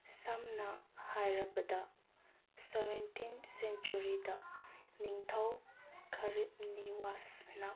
ꯁꯝꯅ ꯍꯥꯏꯔꯕꯗ ꯁꯕꯦꯟꯇꯤꯟ ꯁꯦꯟꯆꯨꯔꯤꯗ ꯅꯤꯡꯊꯧ ꯈꯔꯤꯕꯅꯤꯋꯥꯁꯅ